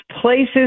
places